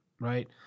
right